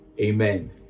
Amen